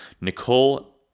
Nicole